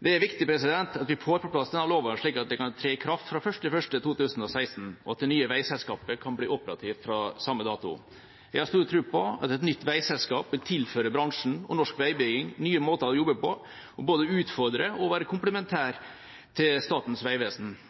Det er viktig at vi får på plass denne loven, slik at den kan tre i kraft fra 1. januar 2016, og at det nye veiselskapet kan bli operativt fra samme dato. Jeg har stor tro på at et nytt veiselskap kan tilføre bransjen og norsk veibygging nye måter å jobbe på, og både utfordre og være komplementær til Statens vegvesen.